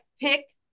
Pick